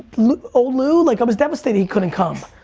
old lou, like i was devastated he couldn't come,